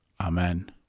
Amen